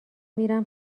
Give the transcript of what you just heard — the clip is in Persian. میرم